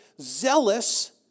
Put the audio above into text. zealous